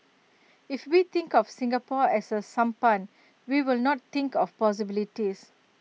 if we think of Singapore as A sampan we will not think of possibilities